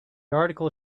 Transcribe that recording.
article